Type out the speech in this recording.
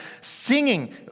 singing